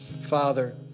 Father